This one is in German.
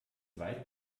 weit